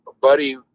Buddy